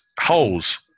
holes